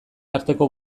arteko